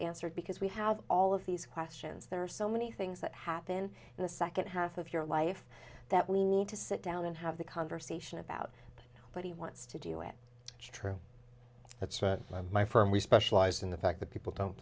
answered because we have all of these questions there are so many things that happen in the second half of your life that we need to sit down and have the conversation about what he wants to do it true the church my firm we specialize in the fact that people don't